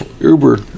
Uber